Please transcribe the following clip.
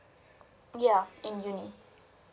ya in uni